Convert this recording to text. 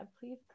please